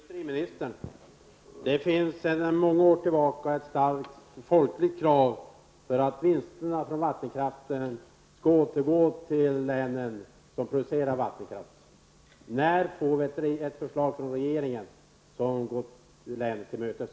Herr talman! Jag vill rikta min fråga till industriministern. Sedan många år tillbaka finns det ett starkt folkligt krav på att vinsterna från Vattenkraft skall återgå till dem som producerar vattenkraft. När kommer det ett förslag från regeringen som går dessa önskemål ute i länen tillmötes?